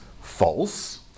false